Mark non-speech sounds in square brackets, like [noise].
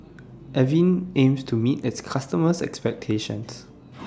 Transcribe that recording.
Avene aims to meet its customers' expectations [noise]